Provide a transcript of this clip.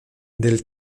del